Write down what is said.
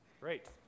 Great